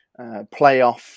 playoff